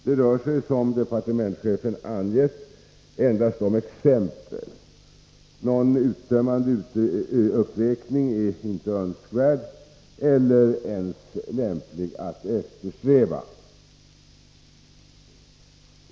Det rör sig, som departementschefen angett, endast om exempel. Någon uttömmande uppräkning är inte önskvärd eller ens lämplig att eftersträva.